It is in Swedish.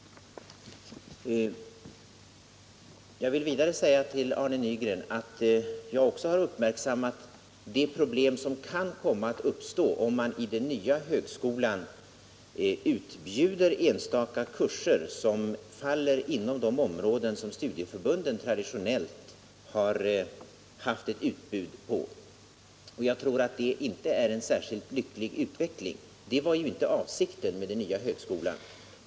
Jag vill vidare säga till Arne Nygren att jag också har uppmärksammat de problem som kan uppstå om man i den nya högskolan utbjuder enstaka 123 kurser som faller inom de områden där studieförbunden traditionellt har haft ett utbud. Jag tror inte det är en särskilt lycklig utveckling. Detta var inte avsikten med den nya högskolan.